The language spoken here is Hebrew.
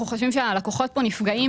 אנחנו חושבים שהלקוחות כאן נפגעים